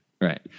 Right